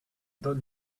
don